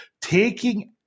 taking